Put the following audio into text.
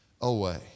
away